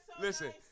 Listen